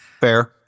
Fair